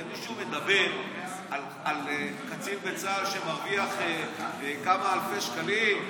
הרי מישהו מדבר על קצין בצה"ל שמרוויח כמה אלפי שקלים?